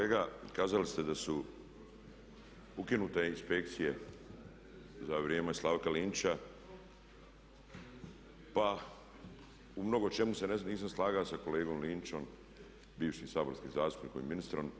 Kolega kazali ste da su ukinute inspekcije za vrijeme Slavka Linića, pa u mnogo čemu se nisam slagao sa kolegom Linićem, bivšim saborskim zastupnikom i ministrom.